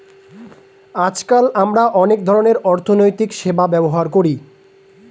আজকাল আমরা অনেক ধরনের অর্থনৈতিক সেবা ব্যবহার করি